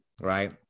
right